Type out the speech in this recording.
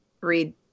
read